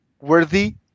worthy